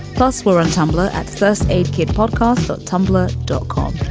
plus we're on tumblr at first aid kit podcast. the tumblr dot com.